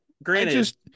Granted